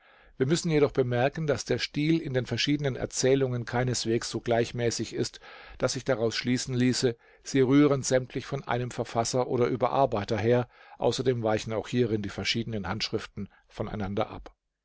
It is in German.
wir müssen jedoch bemerken daß der stil in den verschiedenen erzählungen keineswegs so gleichmäßig ist daß sich daraus schließen ließe sie rühren sämtlich von einem verfasser oder überarbeiter her außerdem weichen auch hierin die verschiedenen handschriften von einander ab